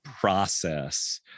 process